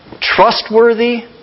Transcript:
trustworthy